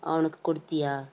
அவனுக்கு கொடுத்தியா